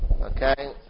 okay